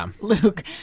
Luke